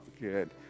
Good